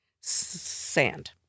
Sand